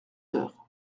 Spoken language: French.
heures